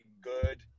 good